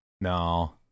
No